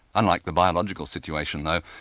unlike the biological situation though,